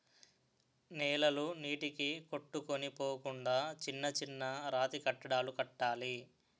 నేలలు నీటికి కొట్టుకొని పోకుండా చిన్న చిన్న రాతికట్టడాలు కట్టాలి